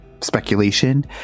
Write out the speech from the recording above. speculation